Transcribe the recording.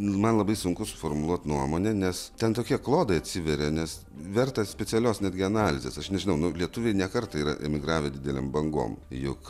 man labai sunku suformuluot nuomonę nes ten tokie klodai atsiveria nes vertas specialios netgi analizės aš nežinau nu lietuviai ne kartą yra emigravę didelėm bangom juk